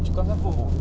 !fuh!